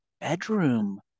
bedroom